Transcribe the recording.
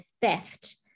theft